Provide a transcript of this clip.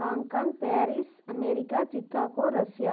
Hong Kong Paris America Chicago Russia